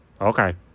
okay